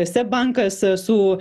seb bankas su